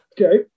Okay